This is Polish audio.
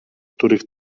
których